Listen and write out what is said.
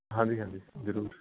ਹਾਂਜੀ ਹਾਂਜੀ ਜ਼ਰੂਰ